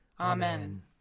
Amen